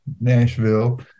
Nashville